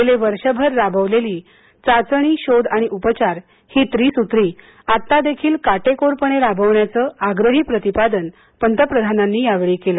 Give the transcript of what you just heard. गेले वर्षभर राबवलेली चाचणी शोध आणि उपचार ही त्रिसूत्री आत्तादेखील काटेकोरपणे राबवण्याचे आग्रही प्रतिपादन पंतप्रधानांनी यावेळी केले